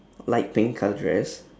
light pink colour dress